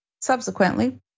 Subsequently